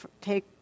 take